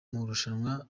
marushanwa